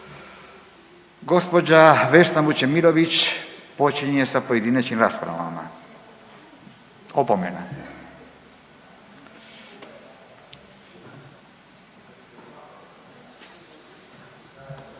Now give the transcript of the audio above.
Gospođa Vesna Vučemilović počinje sa pojedinačnim raspravama. **Vučemilović,